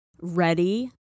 ready